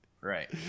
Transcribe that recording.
Right